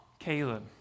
Caleb